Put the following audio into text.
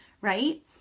right